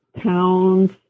towns